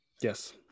Yes